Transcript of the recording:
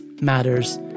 matters